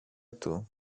του